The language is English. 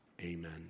amen